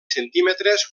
centímetres